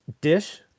Dish